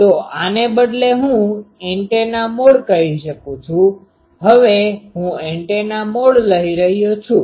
તો આને બદલે હું એન્ટેના મોડ કહી શકું છું હવે હું એન્ટેના મોડ લઈ રહ્યો છું